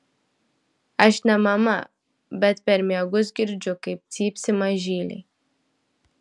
aš ne mama bet per miegus girdžiu kaip cypsi mažyliai